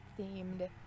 themed